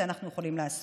את זה אנחנו יכולים לעשות,